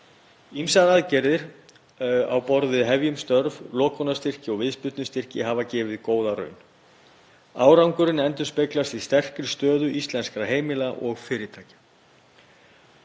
Ýmsar aðgerðir á borð við Hefjum störf, lokunarstyrki og viðspyrnustyrki hafa gefið góða raun. Árangurinn endurspeglast í sterkri stöðu íslenskra heimila og fyrirtækja.